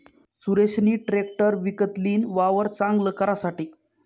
सुरेशनी ट्रेकटर विकत लीन, वावर चांगल करासाठे